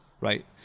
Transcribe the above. right